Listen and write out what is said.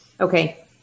Okay